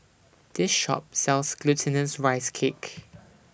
This Shop sells Glutinous Rice Cake